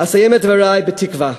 אסיים את דברי בתקווה.